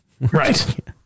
right